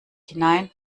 hinein